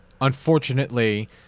unfortunately